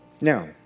Now